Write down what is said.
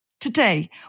Today